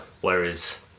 Whereas